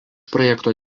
projekto